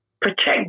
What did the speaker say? Protect